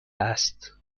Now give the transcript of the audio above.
است